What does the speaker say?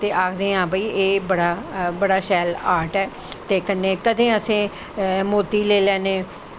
ते आखदे हे एह् बड़ा शैल आर्ट ऐ ते कन्नै कदैं असैं मोती लेई लैने